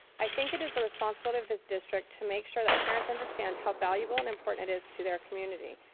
i think it is the responsibility of this district to make sure that parents understand how valuable and important it is to their community.